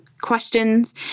questions